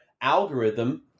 algorithm